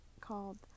called